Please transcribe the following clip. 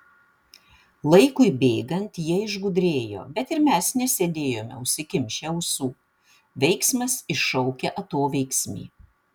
laikui bėgant jie išgudrėjo bet ir mes nesėdėjome užsikimšę ausų veiksmas iššaukia atoveiksmį